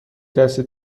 دسته